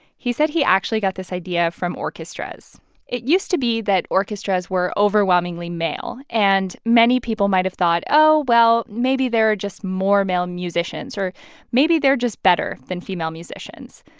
he said he actually got this idea from orchestras it used to be that orchestras were overwhelmingly male, and many people might have thought, oh, well, maybe there are just more male musicians, or maybe they're just better than female musicians.